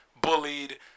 bullied